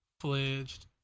fledged